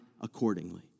accordingly